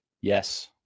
Yes